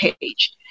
page